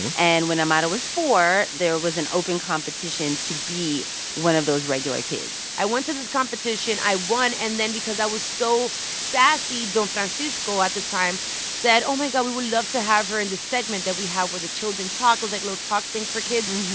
and when amara was four, there was an open competition to be one of those regular kids i went to this competition. i won. and then because i was so sassy, don francisco at the time said, oh, my god, we would love to have her in this segment that we have where the children talk. it was, like, a little talk thing for kids.